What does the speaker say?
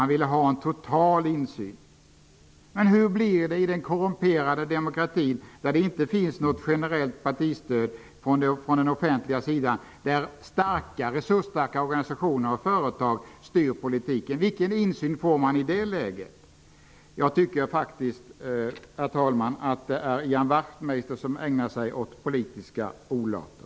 Han ville ha en total insyn. Men hur blir det i den korrumperade demokratin, där det inte finns något generellt partistöd från den offentliga sidan och där resursstarka organisationer och företag styr politiken? Vilken insyn får man i ett sådant läge? Herr talman! Jag tycker faktiskt att det är Ian Wachtmeister som ägnar sig åt politiska olater.